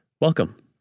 Welcome